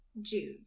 Jude